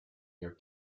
near